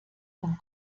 vom